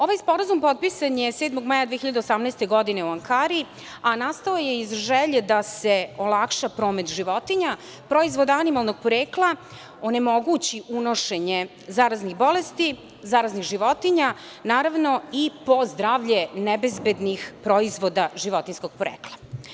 Ovaj sporazum potpisan je 7. maja 2018. godine u Ankari, a nastao je iz želje da se olakša promet životinja, proizvode animalnog porekla, onemogući unošenje zaraznih bolesti, zaraznih životinja, naravno i po zdravlje nebezbednih proizvoda životinjskog porekla.